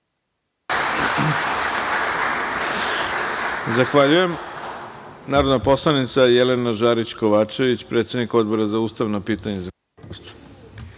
Zahvaljujem. Reč ima narodna poslanica Jelena Žarić Kovačević, predsednik Odbora za ustavna pitanja i